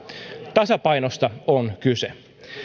tasapainosta on kyse